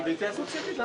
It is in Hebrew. אני בהתייעצות סיעתית.